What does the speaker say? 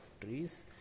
trees